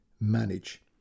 manage